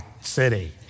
city